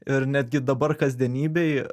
ir netgi dabar kasdienybėj